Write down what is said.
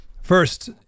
First